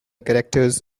characters